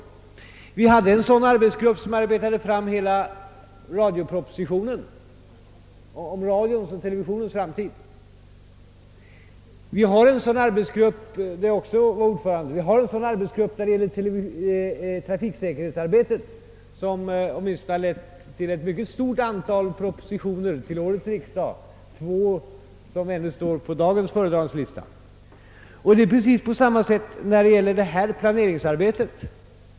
Vi hade en sådan arbetsgrupp, som arbetade fram hela radiopropositionen, d. v. s. frågan om radions och televisionens framtid. Vi har en sådan arbetsgrupp för trafiksäkerheten, som lett till ett mycket stort antal propositioner till årets riksdag, av vilka två står på dagens föredragningslista. På samma sätt är det när det gäller planeringsarbetet.